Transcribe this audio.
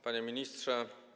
Panie Ministrze!